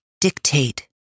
dictate